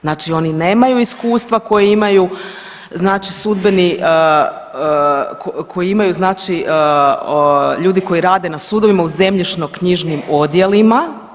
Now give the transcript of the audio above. Znači oni nemaju iskustva koja imaju znači sudbeni, koji imaju znači ljudi koji rade na sudovima u zemljišno-knjižnim odjelima.